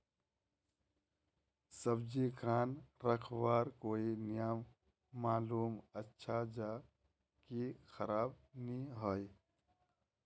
सब्जी खान रखवार कोई नियम मालूम अच्छा ज की खराब नि होय?